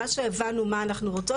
מה שהבנו מה אנחנו רוצות,